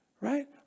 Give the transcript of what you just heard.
right